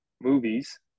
movies